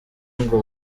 ngo